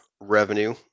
revenue